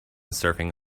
surfing